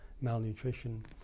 malnutrition